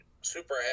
super